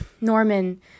Norman